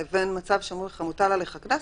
לבין מצב שאומרים לך: מוטל עליך קנס,